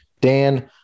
Dan